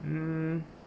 mm